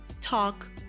Talk